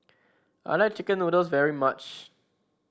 I like chicken noodles very much